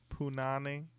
punani